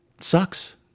Sucks